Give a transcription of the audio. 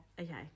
Okay